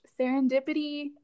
Serendipity